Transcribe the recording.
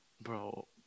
bro